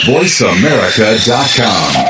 VoiceAmerica.com